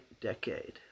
decade